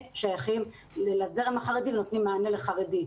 שייכים לזרם החרדי ונותנים מענה לחרדים,